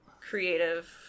creative